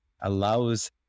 allows